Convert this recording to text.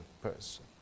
person